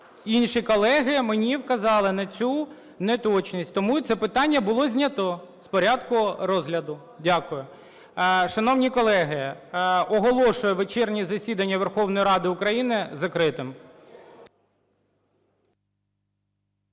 інші колеги мені вказали на цю неточність. Тому це питання було знято з порядку розгляду. Дякую. Шановні колеги, оголошую вечірнє засідання Верховної Ради України закритим.